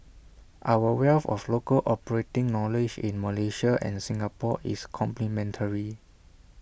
our wealth of local operating knowledge in Malaysia and Singapore is complementary